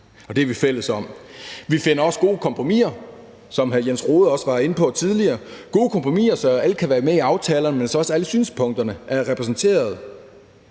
og det er vi fælles om. Vi finder også gode kompromiser, som hr. Jens Rohde også var inde på tidligere, gode kompromiser, så alle kan være med i aftalerne, og så alle synspunkterne er repræsenteret,